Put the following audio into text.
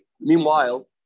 meanwhile